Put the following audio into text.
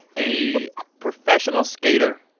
a professional skater,